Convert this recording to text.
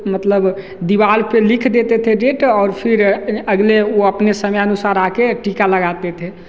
मतलब दीवाल पर लिख देते थे डेट और फिर अगले वो अपने समयानुसार आ के टीका लगाते थे